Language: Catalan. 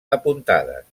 apuntades